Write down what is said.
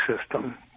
system